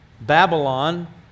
Babylon